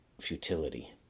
futility